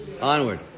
Onward